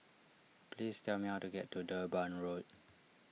please tell me how to get to Durban Road